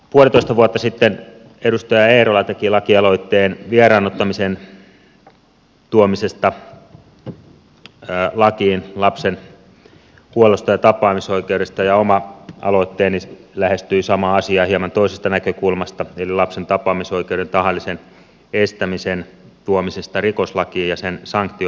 puolitoista vuotta sitten edustaja eerola teki lakialoitteen vieraannuttamisen tuomisesta lakiin lapsen huollosta ja tapaamisoikeudesta ja oma aloitteeni lähestyi samaa asiaa hieman toisesta näkökulmasta eli lapsen tapaamisoikeuden tahallisen estämisen tuomisesta rikoslakiin ja sen sanktioimisesta